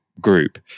group